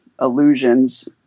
Illusions